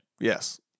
Yes